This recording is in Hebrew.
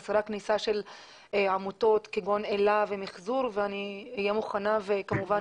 חסרה כניסה של עמותות כגון אל"ה ומחזור ואני אהיה מוכנה כמובן